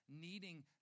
needing